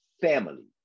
family